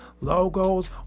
logos